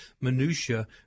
minutiae